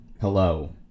Hello